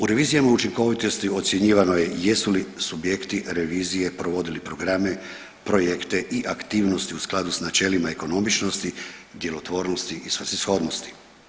U revizijama učinkovitosti ocjenjivano je jesu li subjekti revizije provodili programe, projekte i aktivnosti u skladu sa načelima ekonomičnosti, djelotvornosti i svrsishodnosti.